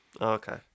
okay